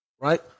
right